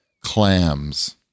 clams